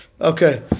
Okay